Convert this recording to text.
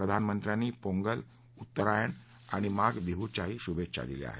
प्रधानमंत्र्यांनी पोंगल उत्तरायण आणि माघ बिहूच्याही शुभेच्छा दिल्या आहेत